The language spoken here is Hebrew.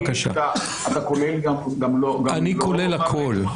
ב-60,000 איש אתה כולל גם --- אני כולל הכול.